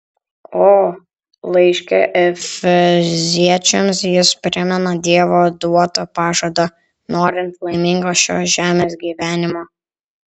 o laiške efeziečiams jis primena dievo duotą pažadą norint laimingo šios žemės gyvenimo